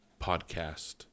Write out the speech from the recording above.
Podcast